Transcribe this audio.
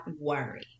worry